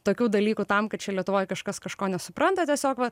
tokių dalykų tam kad čia lietuvoj kažkas kažko nesupranta tiesiog va